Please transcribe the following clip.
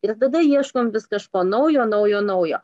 ir tada ieškom vis kažko naujo naujo naujo